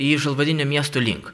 į žalvarinio miesto link